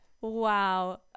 Wow